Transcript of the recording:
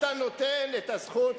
אתה נותן את הזכות,